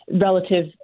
relative